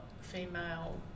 female